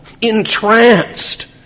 entranced